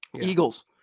Eagles